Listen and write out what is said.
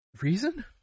reason